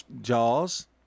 Jaws